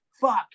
fuck